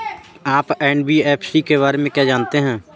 आप एन.बी.एफ.सी के बारे में क्या जानते हैं?